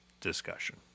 discussion